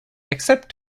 except